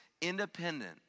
independent